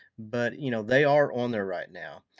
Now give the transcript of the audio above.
but you know they are on there right now.